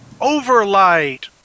Overlight